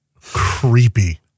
Creepy